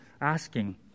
asking